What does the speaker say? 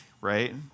Right